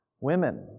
Women